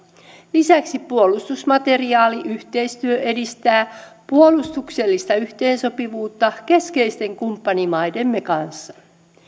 lisäksi puolustusmateriaaliyhteistyö edistää puolustuksellista yhteensopivuutta keskeisten kumppanimaidemme kanssa